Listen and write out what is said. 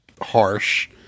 harsh